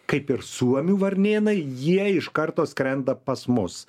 kaip ir suomių varnėnai jie iš karto skrenda pas mus